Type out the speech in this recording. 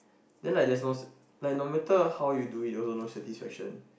then like there's no s~ like no matter how you do it also no satisfaction